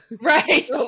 right